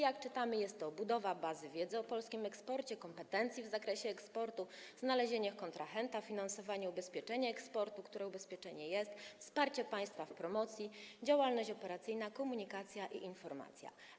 Jak czytamy, są to: budowa bazy wiedzy o polskim eksporcie, budowa kompetencji w zakresie eksportu, znalezienie kontrahenta, finansowanie i ubezpieczenie eksportu, które ubezpieczenie jest, wsparcie państwa w promocji, działalność operacyjna oraz komunikacja i informacja.